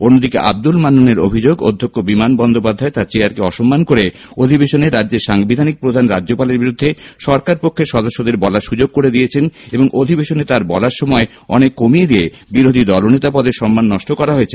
অন্যদিকে আব্দুল মান্নানের অভিযোগ অধ্যক্ষ বিমান বন্দ্যোপাধ্যায় তাঁর চেয়ারকে অসম্মান করে অধিবেশনে রাজ্যের সাংবিধানিক প্রধান রাজ্যপালের বিরুদ্ধে সরকারপক্ষের সদস্যদের বলার সুযোগ করে দিয়েছেন এবং অধিবেশনে তাঁর বলার সময় অনেক কমিয়ে দিয়ে বিরোধী দলনেতা পদের সম্মান নষ্ট করা হয়েছে